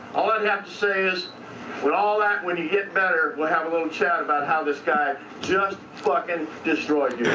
all i'd have to say is with all that, when you hit better, we'll have a little chat about how this guy just fucking destroyed